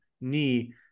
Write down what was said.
knee